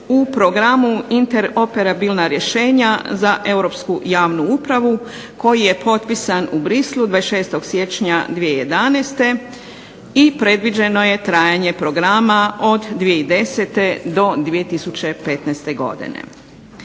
u programu interoperabilna rješenja za europsku javnu upravu, koji je potpisan u Bruxellesu 26. siječnja 2011. i predviđeno je trajanje programa od 2010. do 2015. godine.